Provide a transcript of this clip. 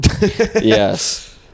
yes